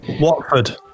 Watford